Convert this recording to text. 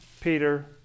Peter